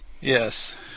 Yes